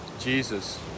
Jesus